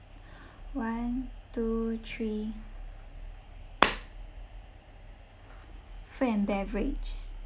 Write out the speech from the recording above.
one two three food and beverage